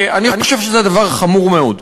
אני חושב שזה דבר חמור מאוד,